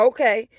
Okay